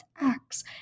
acts